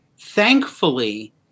thankfully